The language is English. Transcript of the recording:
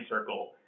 Circle